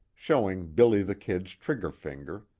showing billy the kid's trigger finger,